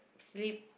sleep